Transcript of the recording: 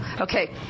Okay